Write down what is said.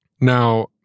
Now